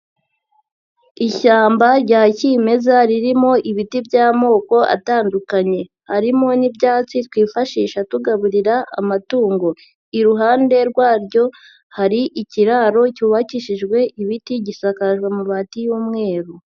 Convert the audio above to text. Ishyamba rya kimeza ririmo ibiti by'amoko atandukanye, harimo n'ibyatsi twifashisha tugaburira amatungo, iruhande rwaryo hari ikiraro cyubakishijwe ibiti gisakajwe amabati y'umweru.